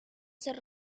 ser